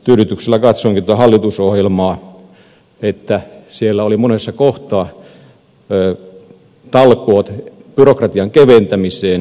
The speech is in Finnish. tyydytyksellä katsoinkin hallitusohjelmaa että siellä oli monessa kohtaa talkoot byrokratian keventämiseen